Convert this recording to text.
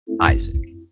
Isaac